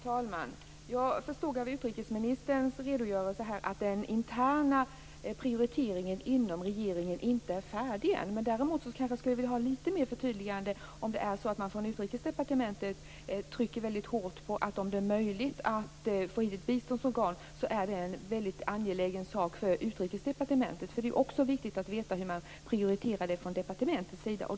Herr talman! Jag förstod av utrikesministerns redogörelse att den interna prioriteringen inom regeringen inte är färdig än. Däremot skulle jag vilja ha ett förtydligande när det gäller om man från Utrikesdepartementets sida trycker hårt på att man om möjligt skall få hit ett biståndsorgan. Är det en angelägen sak för Utrikesdepartementet? Det är ju också viktigt att få reda på hur man prioriterar detta från departementets sida.